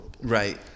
Right